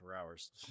hours